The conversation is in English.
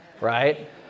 Right